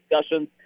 discussions